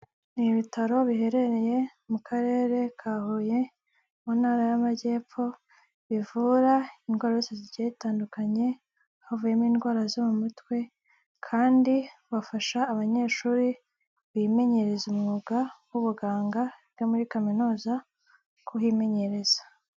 Ni ibitaro biherereye mu karere ka Huye, mu ntara y'Amajyepfo, bivura indwara zose zigiye zitandukanye, havuyemo indwara zo mu mutwe kandi bafasha abanyeshuri bimenyereza umwuga w'ubuganga biga muri kaminuza kuhimenyereza.